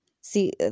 See